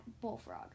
bullfrog